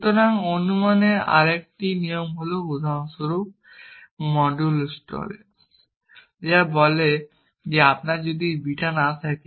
সুতরাং অনুমানের আরেকটি নিয়ম হল উদাহরণস্বরূপ Modustollans যা বলে যে আপনার যদি বিটা না থাকে